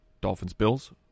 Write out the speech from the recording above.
Dolphins-Bills